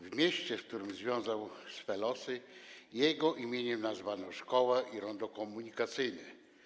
W mieście, z którym związał swe losy, jego imieniem nazwano szkołę i rondo komunikacyjne.